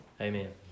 Amen